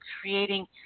creating